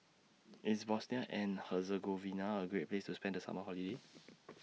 IS Bosnia and Herzegovina A Great Place to spend The Summer Holiday